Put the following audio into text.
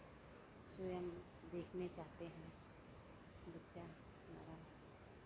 स्वयं देखना चाहते है बच्चा हमारा